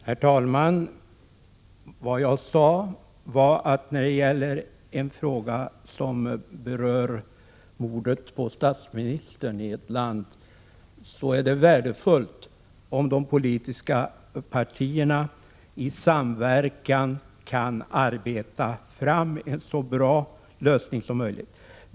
Herr talman! Vad jag sade var att när det gäller en fråga som berör mordet på statsministern i ett land är det värdefullt om de politiska partierna i samverkan kan arbeta fram en så bra lösning som möjligt.